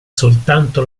soltanto